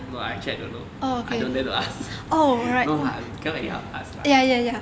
no I actually I don't know I don't dare to ask no lah cannot anyhow ask lah